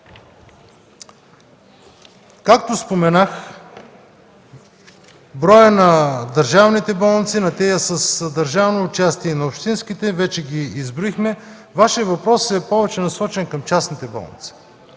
на болниците. Броят на държавните болници, на тези с държавно участие и общинските вече ги изброихме. Вашият въпрос е насочен повече към частните болници.